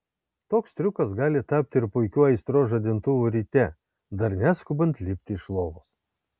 toks triukas gali tapti ir puikiu aistros žadintuvu ryte dar neskubant lipti iš lovos